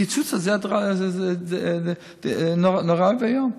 הקיצוץ הזה זה נורא ואיום.